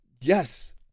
yes